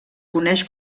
coneix